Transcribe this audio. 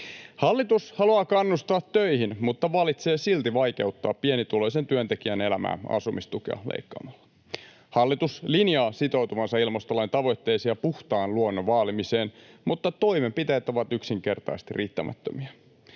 Hallitus haluaa kannustaa töihin, mutta valitsee silti vaikeuttaa pienituloisen työntekijän elämää asumistukea leikkaamalla. Hallitus linjaa sitoutuvansa ilmastolain tavoitteisiin ja puhtaan luonnon vaalimiseen, mutta toimenpiteet ovat yksinkertaisesti riittämättömiä.